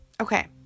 okay